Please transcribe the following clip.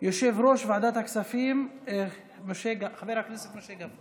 יושב-ראש ועדת הכספים חבר הכנסת משה גפני.